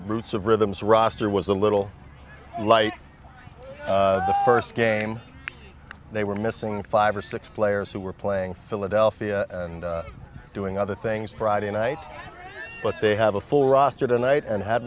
roots of rhythms roster was a little like the first game they were missing five or six players who were playing philadelphia and doing other things friday night but they have a full roster tonight and had